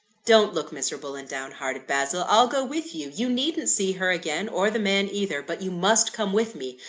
don't look miserable and downhearted, basil, i'll go with you you needn't see her again, or the man either but you must come with me,